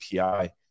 API